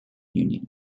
union